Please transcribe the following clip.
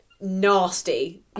nasty